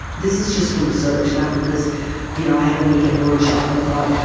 this is just from research, not because you know i had a weekend workshop and thought,